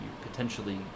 potentially